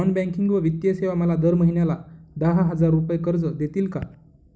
Non banking व वित्तीय सेवा मला दर महिन्याला दहा हजार रुपये कर्ज देतील का?